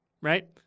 right